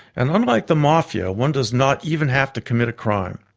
and unlike the mafia, one does not even have to commit a crime.